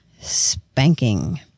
spanking